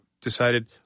decided